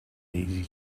easy